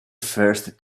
first